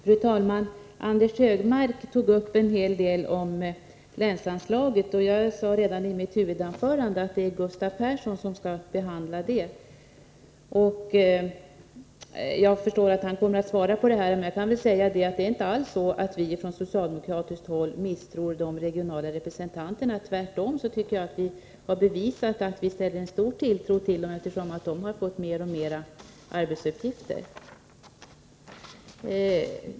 Fru talman! Anders Högmark anförde en hel del synpunkter på länsanslaget. Jag sade redan i mitt huvudanförande att det är Gustav Persson som skall beröra den frågan. Jag förstår att han också kommer att kommentera de i det avseendet framförda synpunkterna, men jag vill ändå bara säga att det inte alls är så, att vi misstror de regionala representanterna. Tvärtom tycker jag att vi genom att ge dem fler och fler arbetsuppgifter har bevisat att vi har stor tilltro till dem.